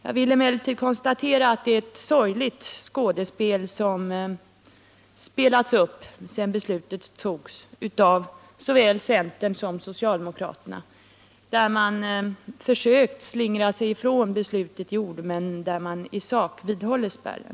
Jag vill emellertid konstatera att det är ett sorgeligt skådespel, som spelats upp sedan beslutet fattades, av såväl centern som socialdemokraterna där man försökt slingra sig ifrån beslutet i ord men där man i sak vidhåller spärren.